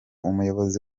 umuyobozi